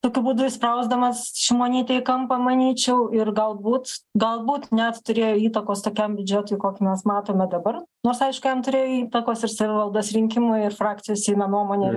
tokiu būdu įsprausdamas šimonytę į kampą manyčiau ir galbūt galbūt net turėjo įtakos tokiam biudžetui kokį mes matome dabar nors aišku jam turėjo įtakos ir savivaldos rinkimai ir frakcijos seime nuomonė ir